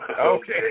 okay